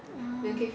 orh